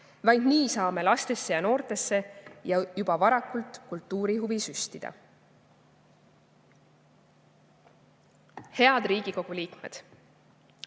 Vaid nii saame lastesse ja noortesse juba varakult kultuurihuvi süstida. Head Riigikogu liikmed!